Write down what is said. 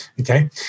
Okay